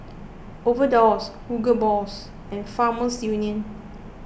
Overdose Hugo Boss and Farmers Union